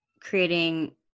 creating